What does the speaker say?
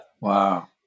Wow